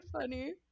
funny